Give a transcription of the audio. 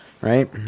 right